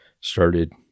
started